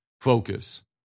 focus